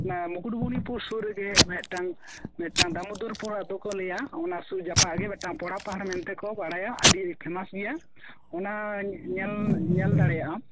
ᱢᱮ ᱢᱩᱠᱩᱴᱢᱩᱱᱤᱯᱩᱨ ᱥᱩᱨ ᱨᱮᱜᱮ ᱢᱮᱜᱴᱟᱝ ᱢᱮᱜᱴᱟᱝ ᱫᱟᱢᱚᱫᱚᱨᱯᱩᱨ ᱟᱛᱳ ᱠᱚ ᱞᱮᱭᱟ ᱚᱱᱟ ᱥᱩᱨ ᱡᱟᱯᱟᱜ ᱜᱮ ᱢᱤᱫᱴᱟᱝ ᱯᱚᱲᱟ ᱯᱟᱦᱟᱲ ᱢᱮᱱᱛᱮᱠᱚ ᱵᱟᱲᱟᱭᱟ ᱟᱹᱰᱤ ᱯᱷᱮᱢᱟᱥ ᱜᱮᱭᱟ ᱚᱱᱟ ᱧᱮ ᱧᱮᱞ ᱧᱮᱞ ᱫᱟᱲᱮᱭᱟᱢ